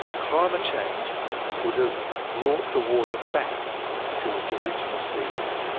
climate change would have brought the water back to its original sea level.